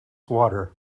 water